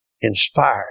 inspired